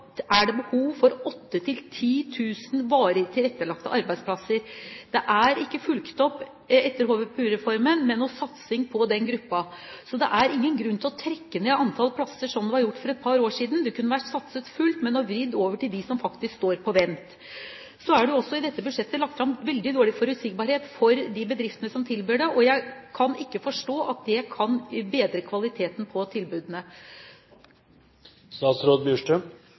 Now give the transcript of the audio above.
er det behov for 8 000–10 000 varig tilrettelagte arbeidsplasser. Det er ikke fulgt opp med noen satsing på den gruppen etter HVPU-reformen, så det er ingen grunn til å trekke ned antall plasser, som det ble gjort for et par år siden. Det kunne vært satset fullt og vridd over til dem som faktisk står på vent. Så er det også i dette budsjettet veldig dårlig forutsigbarhet for de bedriftene som tilbyr dette, og jeg kan ikke forstå at det kan bedre kvaliteten på